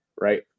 right